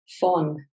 fun